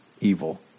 evil